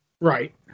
Right